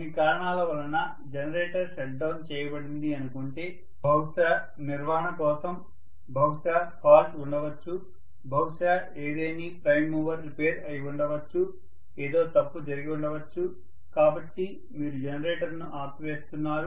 కొన్ని కారణాల వల్ల జనరేటర్ షట్ డౌన్ చేయబడింది అనుకుంటే బహుశా నిర్వహణ కోసం బహుశా ఫాల్ట్ ఉండవచ్చు బహుశా ఏదేని ప్రైమ్ మూవర్ రిపేర్ అయి ఉండవచ్చు ఏదో తప్పు జరిగి ఉండవచ్చు కాబట్టి మీరు జనరేటర్ను ఆపి వేస్తున్నారు